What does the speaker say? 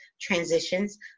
transitions